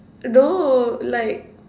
no like